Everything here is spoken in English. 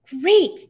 great